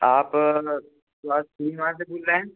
आप स्वास्थ्य बीमा से बोल रहें